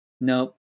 nope